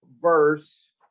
verse